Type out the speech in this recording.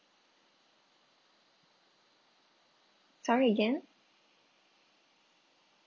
sorry again